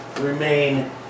remain